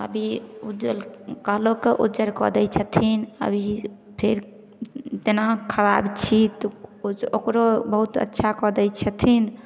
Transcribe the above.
अभी उज्जर कालोके उज्जर कऽ दै छथिन अभी फेर जेना खराब छी तऽ किछु ओकरो बहुत अच्छा कऽ दै छथिन